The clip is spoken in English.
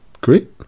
Great